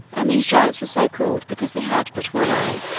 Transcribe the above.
and these giants were so called because they had but one eye,